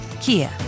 Kia